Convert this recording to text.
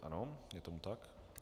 Ano, je tomu tak.